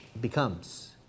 becomes